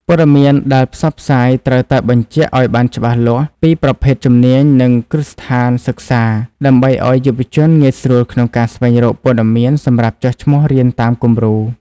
ព័ត៌មានដែលផ្សព្វផ្សាយត្រូវតែបញ្ជាក់ឱ្យបានច្បាស់លាស់ពី «ប្រភេទជំនាញ និងគ្រឹះស្ថានសិក្សា» ដើម្បីឱ្យយុវជនងាយស្រួលក្នុងការស្វែងរកព័ត៌មានសម្រាប់ចុះឈ្មោះរៀនតាមគំរូ។